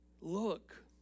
look